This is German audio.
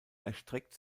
erstreckt